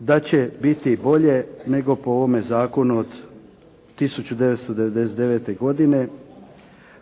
da će biti bolje nego po ovome zakonu od 1999. godine